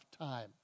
time